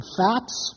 facts